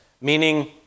meaning